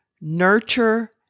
nurture